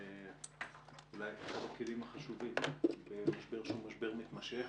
היא אולי אחד הכלים החשובים במשבר שהוא משבר מתמשך,